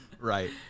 Right